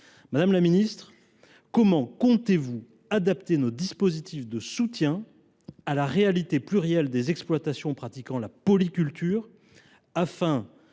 Madame la ministre, comment comptez vous adapter nos dispositifs de soutien à la réalité plurielle des exploitations pratiquant la polyculture, afin que